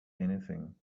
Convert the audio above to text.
anything